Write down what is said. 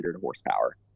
horsepower